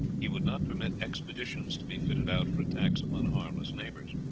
he would not permit expeditions to be fitted out for attacks upon harmless neighbors.